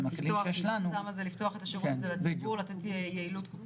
מגזר ציבורי זה כל מי שעובד על פי התקשי"ר?